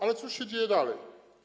Ale cóż się dzieje dalej?